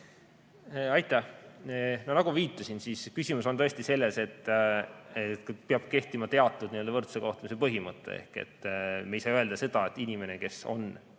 Aitäh! Nagu viitasin, küsimus on tõesti selles, et peab kehtima teatud n-ö võrdse kohtlemise põhimõte. Me ei saa öelda seda, et inimene, kes on